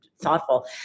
thoughtful